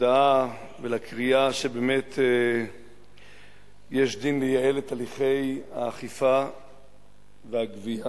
להודעה ולקריאה שבאמת יש דין לייעל את הליכי האכיפה והגבייה.